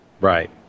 Right